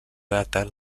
data